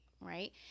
Right